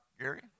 Gary